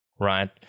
Right